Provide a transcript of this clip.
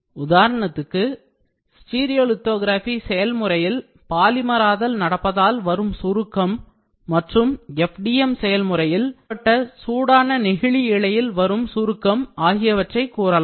உதாரணத்துக்கு ஸ்டீரியோலிதொகிரபி செயல்முறையில் பாலிமராதல் நடப்பதால் வரும் சுருக்கம் மற்றும் FDM செயல்முறையில் வெளிப்பட்ட சூடான நெகிழி இழையில் வரும் சுருக்கம் ஆகியவற்றைக் கூறலாம்